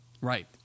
Right